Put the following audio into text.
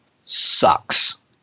sucks